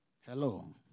Hello